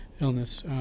illness